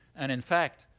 and in fact,